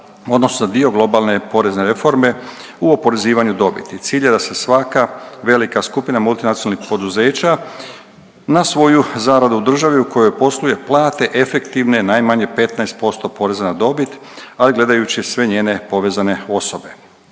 odnosno za dio globalne porezne reforme u oporezivanju dobiti. Cilj je da se svaka velika skupina multinacionalnih poduzeća na svoju zaradu u državi u kojoj posluje plati efektivne najmanje 15% poreza na dobit, ali gledajući sve njene povezane osobe.